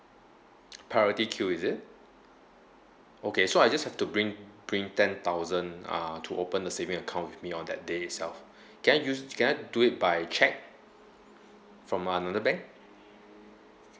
priority queue is it okay so I just have to bring bring ten thousand uh to open the saving account with me on that day itself can I use can I do it by cheque from another bank